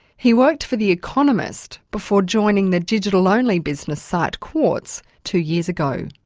he worked for the economist before joining the digital-only business site quartz two years ago.